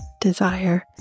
desire